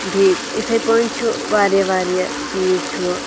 بیٚیہِ یِتھے پٲٹھۍ چھُ واریاہ واریاہ چیٖز چھُ